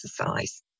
exercise